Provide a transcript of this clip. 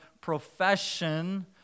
profession